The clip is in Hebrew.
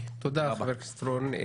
תודה רבה, חבר הכנסת רון.